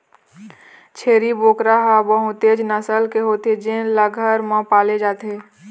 छेरी बोकरा ह बहुतेच नसल के होथे जेन ल घर म पाले जाथे